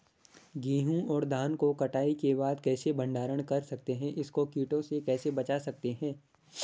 गेहूँ और धान को कटाई के बाद कैसे भंडारण कर सकते हैं इसको कीटों से कैसे बचा सकते हैं?